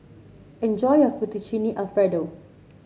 enjoy your Fettuccine Alfredo